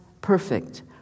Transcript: perfect